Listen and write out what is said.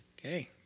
Okay